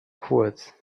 kurz